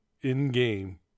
in-game